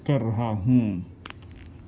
کر رہا ہوں